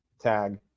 tag